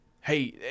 hey